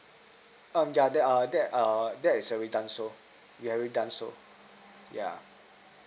um yeah that err that err that is already done so we already done so yeah